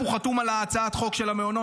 הוא חתום על הצעת החוק של המעונות,